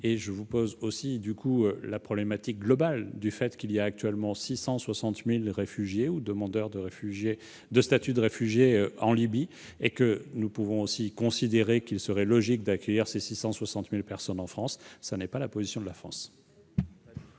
Je vous soumets la problématique globale : on dénombre actuellement 660 000 réfugiés ou demandeurs du statut de réfugié en Libye, on pourrait donc considérer qu'il serait logique d'accueillir ces 660 000 personnes en France. Ce n'est pas la position de la France.